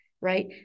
right